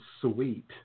sweet